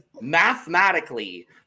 mathematically